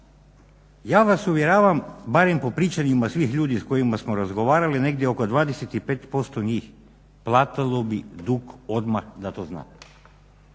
Ja vas uvjeravam barem po pričanjima svih ljudi s kojima smo razgovarali negdje oko 25% njih platilo bi dug odmah da to zna.